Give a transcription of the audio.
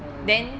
(uh huh)